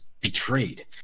betrayed